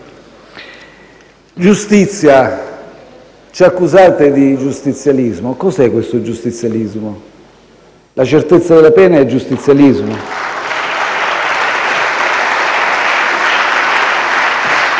Giustizia. Ci accusate di giustizialismo: cos'è questo giustizialismo? La certezza della pena è giustizialismo?